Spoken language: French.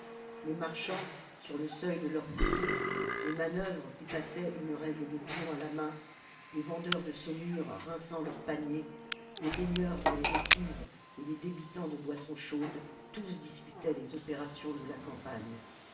les marchands sur le seuil de leur boutique les manœuvres qui passaient une règle de plomb à la main les vendeurs de saumure rinçant leurs paniers les baigneurs dans les étuves et les débitants de boissons chaudes tous discutaient les opérations de la campagne